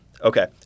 Okay